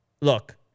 look